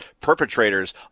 perpetrators